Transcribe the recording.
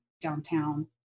downtown